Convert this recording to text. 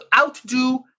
outdo